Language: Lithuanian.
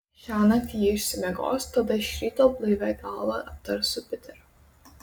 šiąnakt ji išsimiegos tada iš ryto blaivia galva aptars su piteriu